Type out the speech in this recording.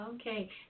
Okay